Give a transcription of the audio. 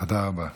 תודה רבה.